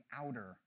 outer